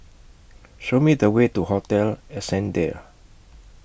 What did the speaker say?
Show Me The Way to Hotel Ascendere